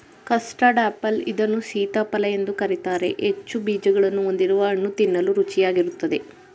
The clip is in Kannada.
ಕಸ್ಟರ್ಡ್ ಆಪಲ್ ಇದನ್ನು ಸೀತಾಫಲ ಎಂದು ಕರಿತಾರೆ ಹೆಚ್ಚು ಬೀಜಗಳನ್ನು ಹೊಂದಿರುವ ಹಣ್ಣು ತಿನ್ನಲು ರುಚಿಯಾಗಿರುತ್ತದೆ